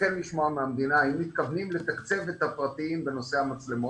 לשמוע מהמדינה האם מתכוונים לתקצב את הפרטיים בנושא המצלמות,